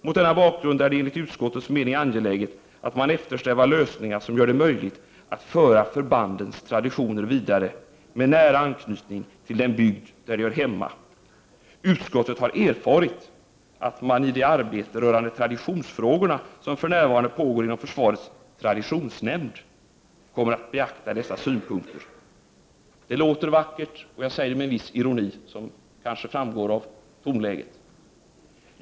Mot denna bakgrund är det enligt utskottets mening angeläget att man eftersträvar lösningar som gör det möjligt att föra förbandens traditioner vidare med nära anknytning till den bygd där de hör hemma. Utskottet har erfarit att man i det arbete rörande traditionsfrågorna som för närvarande pågår inom försvarets traditionsnämnd kommer att beakta sådana synpunkter.” Det låter vackert, och jag säger det med viss ironi, vilket kanske framgår.